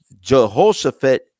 Jehoshaphat